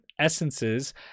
essences